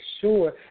sure